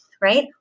right